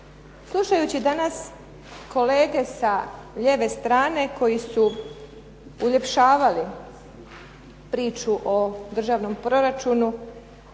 Slušajući danas kolege sa lijeve strane koji su uljepšavali priču o državnom proračunu,